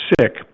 sick